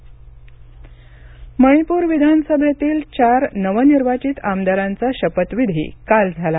मणीपर मणीपूर विधानसभेतील चार नवनिर्वाचित आमदारांचा शपथविधी काल झाला